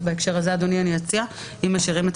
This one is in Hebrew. בהקשר הזה אני רוצה להציע שאם משאירים את